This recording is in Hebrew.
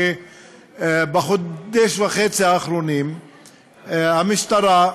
שבחודש וחצי האחרונים המשטרה,